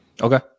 Okay